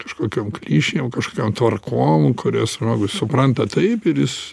kažkokiom klišėm kažkokiom tvarkom kurias žmogus supranta taip ir jis